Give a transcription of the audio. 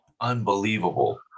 unbelievable